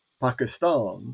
Pakistan